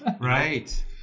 Right